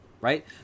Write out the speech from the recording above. right